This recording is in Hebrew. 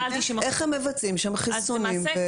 איך הם מבצעים שם חיסונים?